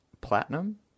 platinum